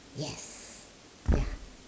yes ya